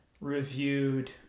reviewed